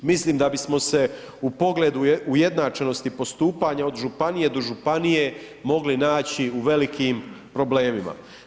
Mislim da bismo se u pogledu ujednačenosti postupanja od županije do županije mogli naći u velikim problemima.